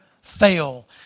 fail